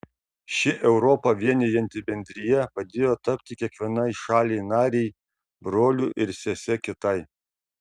ši europą vienijanti bendrija padėjo tapti kiekvienai šaliai narei broliu ir sese kitai